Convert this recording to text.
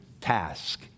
task